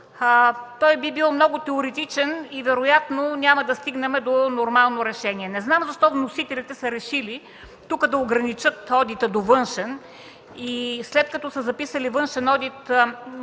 той би бил много теоретичен и вероятно няма да стигнем до нормално решение. Не знам защо вносителите са решили тук да ограничат одита до външен и след като са записали външен одит